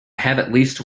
have